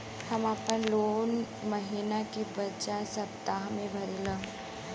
हम आपन लोन महिना के बजाय सप्ताह में भरीला